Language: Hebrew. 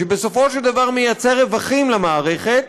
שבסופו של דבר יוצר רווחים למערכת,